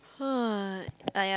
!huh! ah yeah